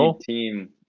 team